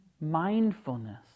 Mindfulness